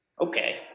Okay